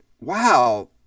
wow